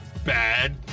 Bad